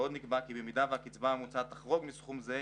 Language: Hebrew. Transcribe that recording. ועוד נקבע כי אם הקצבה המוצעת תחרוג מסכום זה,